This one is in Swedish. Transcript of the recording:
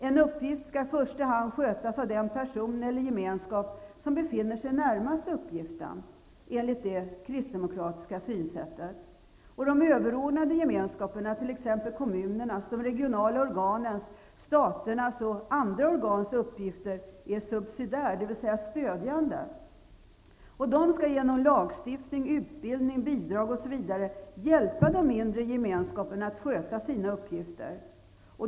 En uppgift skall i första hand skötas av den person eller gemenskap som befinner sig närmast uppgiften, enligt den kristdemokratiska synsättet. De överordnade gemenskapernas, t.ex. kommunernas, de regionala organens, staternas och de europeiska gemenskapernas uppgift är subsidiär, dvs. stödjande. De skall genom lagstiftning, utbildning, bidrag osv. hjälpa de mindre gemenskaperna att sköta sina uppgifter.